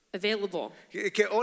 available